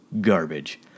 garbage